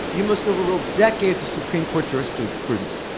you must overrule decades of supreme court jurisprudence.